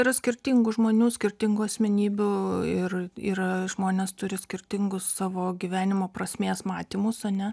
yra skirtingų žmonių skirtingų asmenybių ir yra žmonės turi skirtingus savo gyvenimo prasmės matymus ane